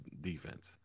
defense